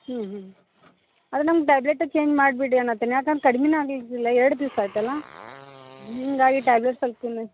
ಹ್ಞೂ ಹ್ಞೂ ಅದು ನಮ್ಗೆ ಟ್ಯಾಬ್ಲೆಟೇ ಚೇಂಜ್ ಮಾಡಿಬಿಡಿ ಅನ್ನತೇನಿ ಯಾಕಂದ್ರ್ ಕಡ್ಮೆನೇ ಆಗಿದಿಲ್ಲ ಎರಡು ದಿವಸ ಆಯಿತಲ್ಲ ಹೀಗಾಗಿ ಟ್ಯಾಬ್ಲೆಟ್ ಸ್ವಲ್ಪ ಇನ್ನು